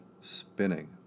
spinning